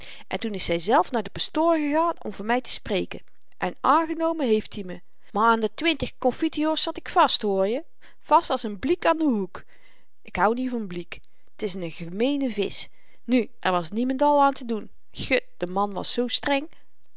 en toen is zyzelf naar den pastoor gegaan om voor my te spreken en aangenomen hééft i me maar aan de twintig confiteors zat ik vast hoorje vast als n bliek aan den hoek ik hou niet van bliek t is n gemeene visch nu er was niemendal aan te doen gut de man was zoo streng